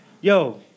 yo